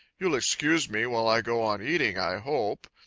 you'll excuse me while i go on eating, i hope.